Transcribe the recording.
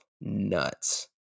nuts